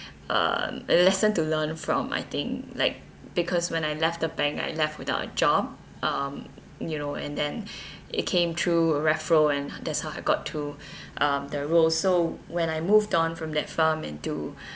um a lesson to learn from I think like because when I left the bank I left without a job um you know and then it came through a referral and that's how I got to um the role so when I moved on from that firm into